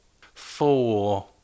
four